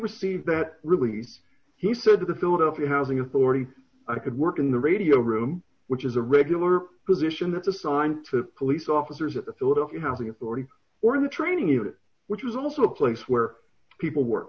received that really he said to the philadelphia housing authority i could work in the radio room which is a regular position that's the sign for the police officers at the philadelphia housing authority or the training unit which was also a place where people work